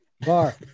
Bar